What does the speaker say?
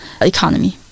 economy